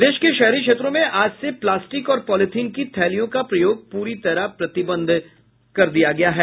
प्रदेश के शहरी क्षेत्रों में आज से प्लास्टिक और पॉलीथिन की थैलियों के प्रयोग पर पूरी तरह प्रतिबंध लगा दिया गया है